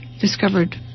discovered